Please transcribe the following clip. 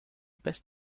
best